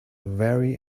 very